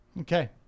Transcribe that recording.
Okay